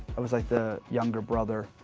i was like the younger brother.